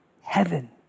heaven